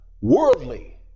Worldly